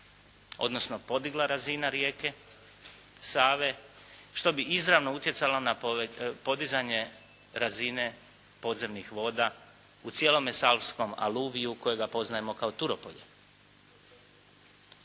rijeke podigla razina rijeke Save što bi izravno utjecalo na podizanje razine podzemnih voda u cijelome savskom aluviju kojega poznajemo kao Turopolje.